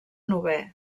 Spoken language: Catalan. novè